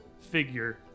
figure